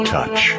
Touch